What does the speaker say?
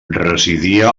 residia